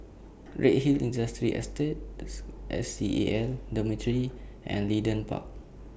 Redhill Industrial Estate S S C A L Dormitory and Leedon Park